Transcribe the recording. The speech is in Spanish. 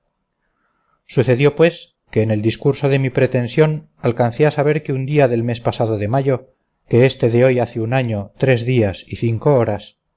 sucedió pues que en el discurso de mi pretensión alcancé a saber que un día del mes pasado de mayo que éste de hoy hace un año tres días y cinco horas